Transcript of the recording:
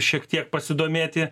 šiek tiek pasidomėti